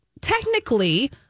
technically